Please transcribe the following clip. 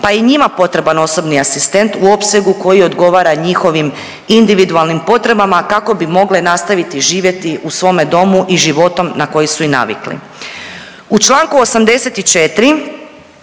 je i njima potreban osobni asistent u opsegu koji odgovara njihovim individualnim potrebama kako bi mogle nastaviti živjeti u svome domu i životom na koji su i navikli. U članku 84.